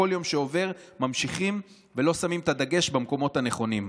כל יום שעובר אנחנו ממשיכים ולא שמים את הדגש במקומות הנכונים.